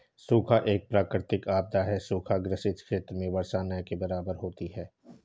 सूखा एक प्राकृतिक आपदा है सूखा ग्रसित क्षेत्र में वर्षा न के बराबर होती है